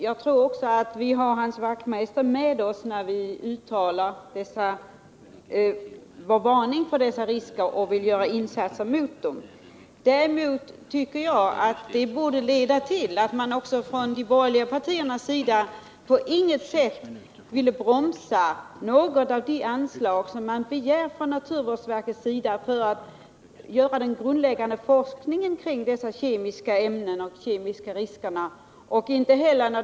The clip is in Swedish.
Jag tror också att vi har Hans Wachtmeister med oss, när vi uttalar vår varning för dessa risker och vill göra insatser mot dem, och jag tycker att det borde leda till att inte heller de borgerliga partierna ville bromsa något av de anslag som naturvårdsverket begär för den grundläggande forskningen kring dessa kemiska ämnen och de risker som de för med sig.